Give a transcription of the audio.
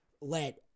let